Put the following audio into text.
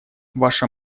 ваша